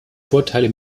vorteile